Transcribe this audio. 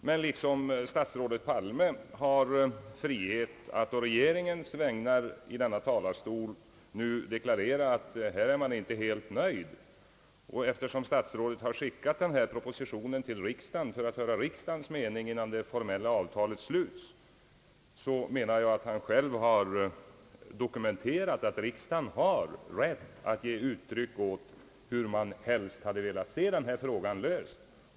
Men liksom statsrådet Palme har frihet att på regeringens vägnar i denna talarstol nu deklarera att han inte är helt nöjd, och eftersom statsrådet har framlagt denna proposition för riksdagen för att höra riksdagens mening innan det formella avtalet slutes, menar jag att han själv har dokumenterat att riksdagen har rätt att ge uttryck åt hur den helst hade velat se detta problem löst.